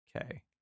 Okay